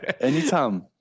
Anytime